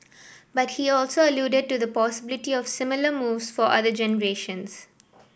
but he also alluded to the possibility of similar moves for other generations